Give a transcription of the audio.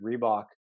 Reebok